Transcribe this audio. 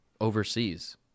overseas